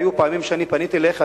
היו פעמים שפניתי אליך,